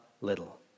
little